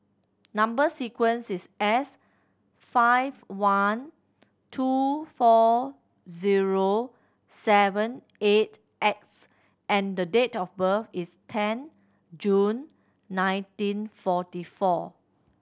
number sequence is S five one two four zero seven eight X and the date of birth is ten June nineteen forty four